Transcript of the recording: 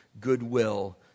goodwill